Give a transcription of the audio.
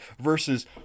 versus